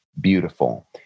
beautiful